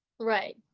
Right